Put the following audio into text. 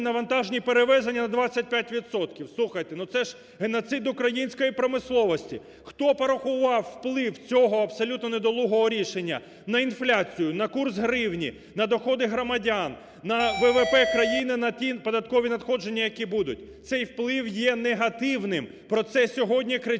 на вантажні перевезення на 25 відсотків. Слухайте – це ж геноцид української промисловості, хто порахував вплив цього абсолютно недолугого рішення, на інфляцію, на курс гривні, на доходи громадян, на ВВП країни, на ті податкові надходження, які будуть. Цей вплив є негативним, про це сьогодні кричать